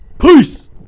peace